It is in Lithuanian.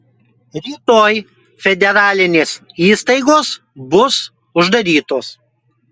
rytoj federalinės įstaigos bus uždarytos